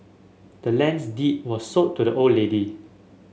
the land's deed was sold to the old lady